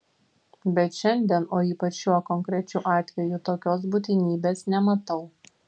bet šiandien o ypač šiuo konkrečiu atveju tokios būtinybės nematau